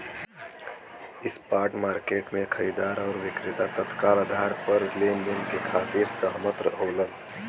spot market में खरीदार आउर विक्रेता तत्काल आधार पर लेनदेन के खातिर सहमत होलन